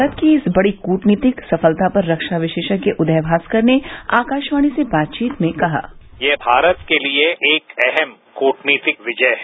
भारत की इस बड़ी कूटनीतिक सफलता पर रक्षा विशेषज्ञ उदय भास्कर ने आकाशवाणी से बातचीत में कहा ये भारत के लिए एक अहम कूटनीतिक विजय है